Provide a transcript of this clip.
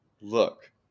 look